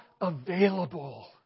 available